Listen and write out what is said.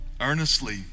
Earnestly